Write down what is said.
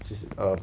it's a